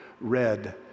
read